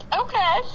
Okay